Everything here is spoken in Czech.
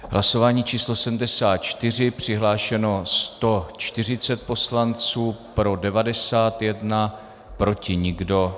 Hlasování číslo 74, přihlášeno 140 poslanců, pro 91, proti nikdo.